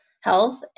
health